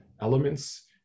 elements